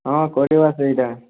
ହଁ କରିବା ସେହିଟା